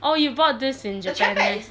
orh you bought this in japan meh